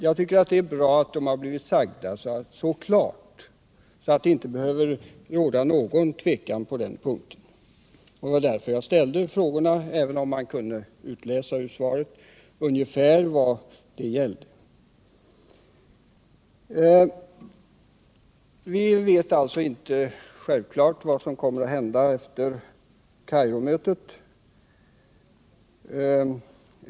Jag tycker det är braatt de harblivit framförda så klart att det inte behöver råda något tvivel på dessa punkter. Det var därför jag ställde frågorna, även om man kunde utläsa ur interpellationssvaret ungefär vad det gällde. Vi vet självfallet inte vad som kommer att hända efter Kairomötet.